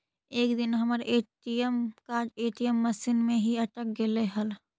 एक दिन हमर ए.टी.एम कार्ड ए.टी.एम मशीन में ही अटक गेले हल